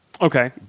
Okay